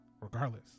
Regardless